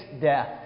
death